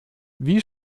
wie